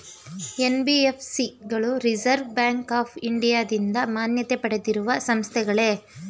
NBFC ಗಳು Reserve Bank of ಇಂಡಿಯಾದಿಂದ ಮಾನ್ಯತೆ ಪಡೆದಿರುವ ಸಂಸ್ಥೆಗಳೇ?